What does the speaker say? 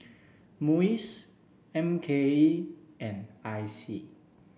MUIS M K E and I C